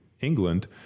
England